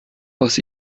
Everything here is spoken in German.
aus